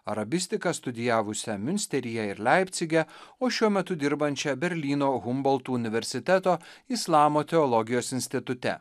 arabistiką studijavusią miunsteryje ir leipcige o šiuo metu dirbančią berlyno humboltų universiteto islamo teologijos institute